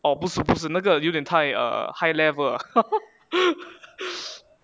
哦不是不是那个有点太 high level